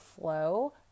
flow